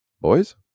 boys